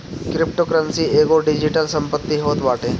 cryptocurrency एगो digital संपत्ति होत बाटे